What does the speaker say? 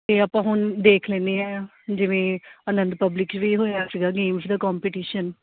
ਅਤੇ ਆਪਾਂ ਹੁਣ ਦੇਖ ਲੈਂਦੇ ਹਾਂ ਜਿਵੇਂ ਆਨੰਦ ਪਬਲਿਕ ਵੀ ਹੋਇਆ ਸੀਗਾ ਗੇਮਸ ਦਾ ਕੋਂਪੀਟੀਸ਼ਨ